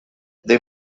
they